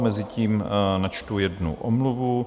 Mezitím načtu jednu omluvu.